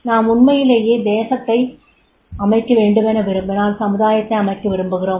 நாம் உண்மையிலேயே தேசத்தைக் அமைக்கவேண்டுமென விரும்பினால் சமுதாயத்தை அமைக்க விரும்புகிறோம்